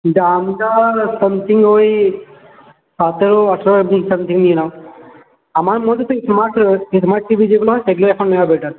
দামটা সামথিং ওই সতেরো আঠেরো দিয়ে সামথিং নিয়ে নাও আমার মতে তো তোমার এখন স্মার্ট টিভি যেগুলো হয় সেগুলোই এখন নেওয়া বেটার